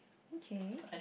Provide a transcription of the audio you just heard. okay